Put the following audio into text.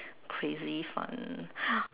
crazy fun